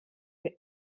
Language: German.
für